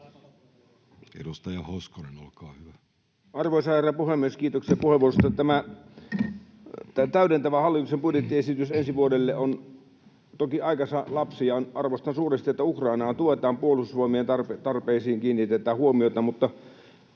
Edustaja Hoskonen, olkaa hyvä. Arvoisa herra puhemies! Kiitoksia puheenvuorosta. Tämä täydentävä hallituksen budjettiesitys ensi vuodelle on toki aikansa lapsi, ja arvostan suuresti, että Ukrainaa tuetaan ja Puolustusvoimien tarpeisiin kiinnitetään huomiota. Mutta